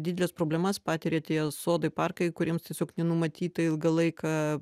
dideles problemas patiria tie sodai parkai kuriems tiesiog nenumatyta ilgą laiką